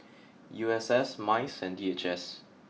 U S S Mice and D H S